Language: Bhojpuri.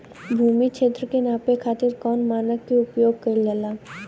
भूमि क्षेत्र के नापे खातिर कौन मानक के उपयोग कइल जाला?